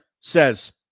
says